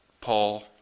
Paul